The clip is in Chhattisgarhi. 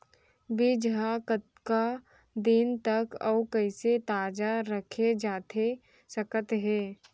बीज ह कतका दिन तक अऊ कइसे ताजा रखे जाथे सकत हे?